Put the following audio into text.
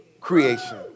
creation